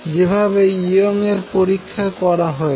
যেভাবে ইয়ং এর পরীক্ষায় করা হয়েছে